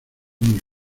mis